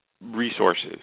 resources